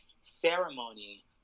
ceremony